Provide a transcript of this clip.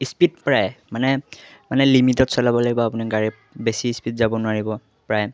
speed প্ৰায় মানে মানে লিমিটত চলাব লাগিব আপুনি গাড়ীত বেছি স্পীড যাব নোৱাৰিব প্ৰায়